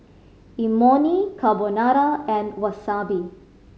Imoni Carbonara and Wasabi